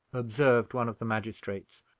observed one of the magistrates,